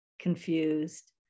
confused